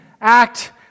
act